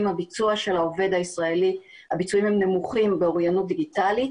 הביצועים של העובד הישראלי הם נמוכים באוריינות דיגיטלית